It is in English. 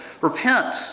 repent